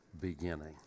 beginning